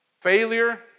Failure